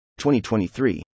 2023